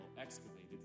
excavated